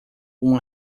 uma